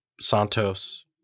Santos